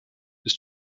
ist